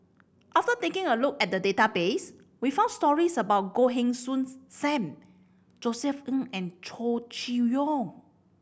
after taking a look at the database we found stories about Goh Heng Soon Sam Josef Ng and Chow Chee Yong